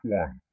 one